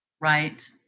Right